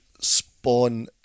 spawn